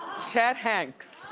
chet hanks.